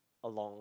along